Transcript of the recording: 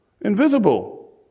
Invisible